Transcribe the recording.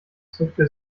zuckte